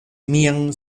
mian